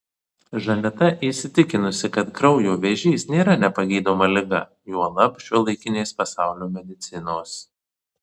žaneta įsitikinusi kad kraujo vėžys nėra nepagydoma liga juolab šiuolaikinės pasaulio medicinos